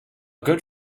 good